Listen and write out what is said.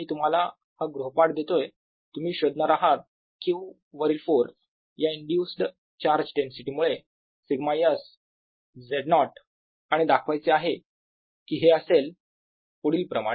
मी तुम्हाला हा गृहपाठ देतोय तुम्ही शोधणार आहात q वरील फोर्स या इंड्यूस्ड चार्ज डेन्सिटी मुळे सिग्मा s Z0 आणि दाखवायचे आहे कि हे असेल पुढील प्रमाणे